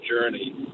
journey